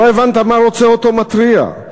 לא הבנת מה רוצה אותו מתריע.